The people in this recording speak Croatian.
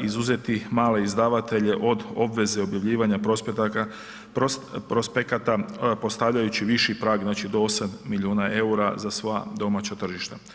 izuzeti male izdavatelje od obveze objavljivanja prospekata postavljajući viši prag znači do 8 miliona EUR-a za sva domaća tržišta.